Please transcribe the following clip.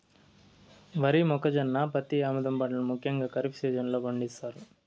వరి, మొక్కజొన్న, పత్తి, ఆముదం పంటలను ముఖ్యంగా ఖరీఫ్ సీజన్ లో పండిత్తారు